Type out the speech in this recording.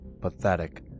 pathetic